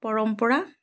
পৰম্পৰা